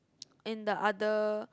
in the other